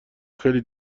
خیلی